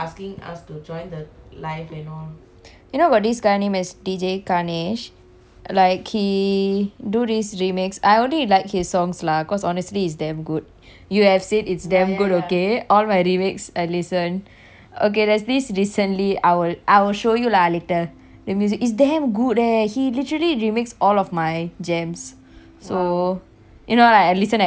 you know about this guy name as deejay ganesh like he do this remix I only like his songs lah cause honestly is damn good you have said it's damn good okay all my remix I listen okay there's this recently I will I will show you lah later the music is damn good eh he literally remix all of my jams so you know I listen at home I do exercise right then I blast my musics